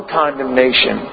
condemnation